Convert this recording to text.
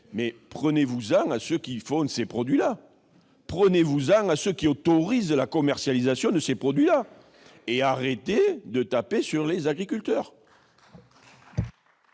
prenez-vous-en à ceux qui fabriquent ces produits-là ! Prenez-vous-en à ceux qui autorisent la commercialisation de ces produits ! Arrêtez de taper sur les agriculteurs